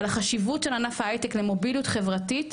על החשיבות של ענף ההיי-טק למוביליות חברתית,